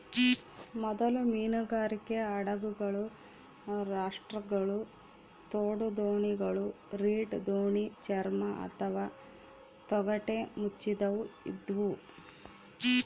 ಮೊದಲ ಮೀನುಗಾರಿಕೆ ಹಡಗುಗಳು ರಾಪ್ಟ್ಗಳು ತೋಡುದೋಣಿಗಳು ರೀಡ್ ದೋಣಿ ಚರ್ಮ ಅಥವಾ ತೊಗಟೆ ಮುಚ್ಚಿದವು ಇದ್ವು